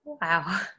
Wow